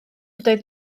ydoedd